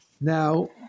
Now